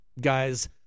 guys